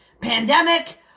pandemic